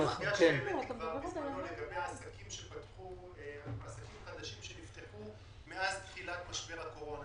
הידיעה שהבאתי בשעתו לגבי עסקים חדשים שנפתחו מאז תחילת משבר הקורונה.